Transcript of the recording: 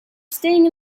staying